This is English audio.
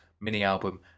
mini-album